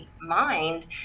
mind